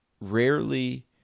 rarely